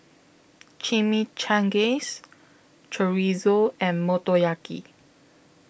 Chimichangas Chorizo and Motoyaki